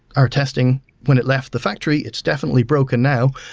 our testing when it left the factory. it's definitely broken now.